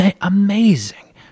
amazing